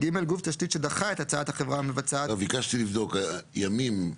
ביקשתי לבדוק ימים.